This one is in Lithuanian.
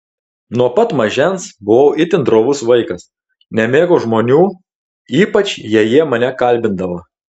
nuo pat mažens buvau itin drovus vaikas nemėgau žmonių ypač jei jie mane kalbindavo